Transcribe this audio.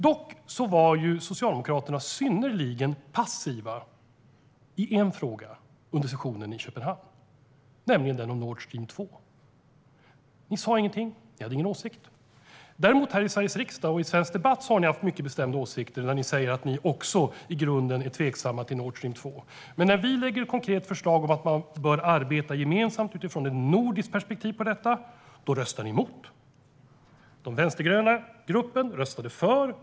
Dock var Socialdemokraterna synnerligen passiva i en fråga under sessionen i Köpenhamn, nämligen den om Nord Stream 2. De sa ingenting, hade ingen åsikt. Men här i Sveriges riksdag och i den svenska debatten har de haft mycket bestämda åsikter. De säger att de också är tveksamma till Nord Stream 2 i grunden. Men när vi lägger fram ett konkret förslag om att man bör arbeta gemensamt utifrån ett nordiskt perspektiv på detta röstar de emot. Den vänstergröna gruppen röstade för.